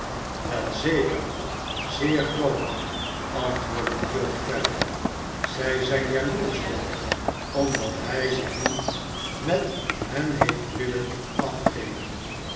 wel zeker zeer groot antwoordde de jood verder zij zijn jaloersch tom omdat hij zich niet met hen heeft willen afgeven